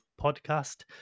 podcast